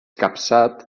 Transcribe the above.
capçat